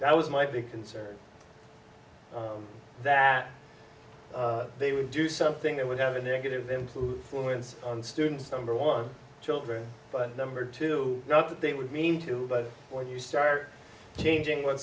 that was my big concern that they would do something that would have a negative influence fluence on students number one children but number two not that they would mean to but when you start changing what